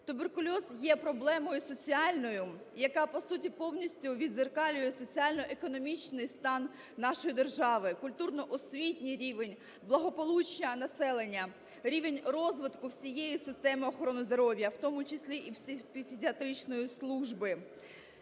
Туберкульоз є проблемою соціальною, яка по суті повністю віддзеркалює соціально-економічний стан нашої держави, культурно-освітній рівень, благополуччя населення, рівень розвитку всієї системи охорони здоров'я, у тому числі і фтизіатричної служби.